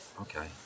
Okay